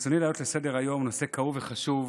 ברצוני להעלות לסדר-היום נושא כאוב וחשוב,